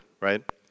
right